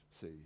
see